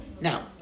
Now